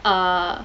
err